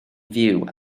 fyw